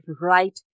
right